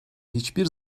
hiçbir